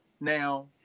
Now